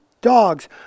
dogs